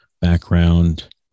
background